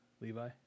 Levi